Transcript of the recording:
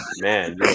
man